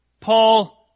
Paul